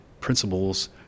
principles